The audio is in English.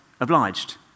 obliged